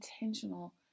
intentional